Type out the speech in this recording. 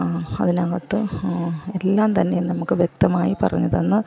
അതിനകത്ത് എല്ലാം തന്നെ നമുക്ക് വ്യക്തമായി പറഞ്ഞു തന്ന്